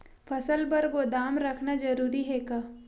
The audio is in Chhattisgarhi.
फसल बर गोदाम रखना जरूरी हे का?